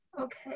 Okay